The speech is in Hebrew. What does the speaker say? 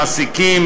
מעסיקים,